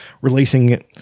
releasing